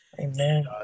Amen